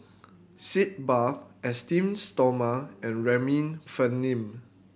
Sitz Bath Esteem Stoma and Remifemin